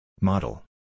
Model